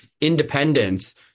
independence